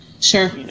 Sure